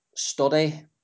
Study